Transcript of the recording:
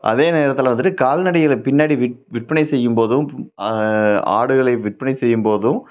அதே நேரத்தில் வந்துட்டு கால்நடைகளை பின்னாடி வி விற்பனை செய்யும்போதும் ஆடுகளை விற்பனை செய்யும்போதும்